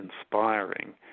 inspiring